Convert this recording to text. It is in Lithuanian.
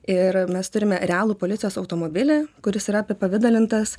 ir mes turime realų policijos automobilį kuris yra apipavidalintas